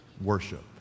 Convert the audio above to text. worship